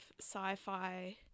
sci-fi